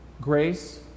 Grace